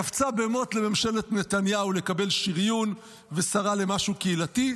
קפצה במוט לממשלת נתניהו לקבל שריון ושרה למשהו קהילתי,